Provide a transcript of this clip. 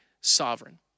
sovereign